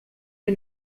wir